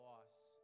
loss